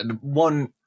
One